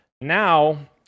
Now